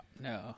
No